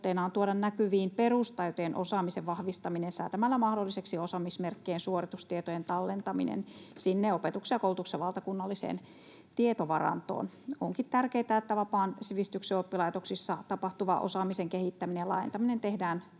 on tuoda näkyviin perustaitojen osaamisen vahvistaminen säätämällä mahdolliseksi osaamismerkkien suoritustietojen tallentaminen sinne opetuksen ja koulutuksen valtakunnalliseen tietovarantoon. Onkin tärkeätä, että vapaan sivistyksen oppilaitoksissa tapahtuva osaamisen kehittäminen ja laajentaminen tehdään